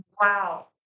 Wow